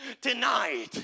tonight